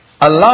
allow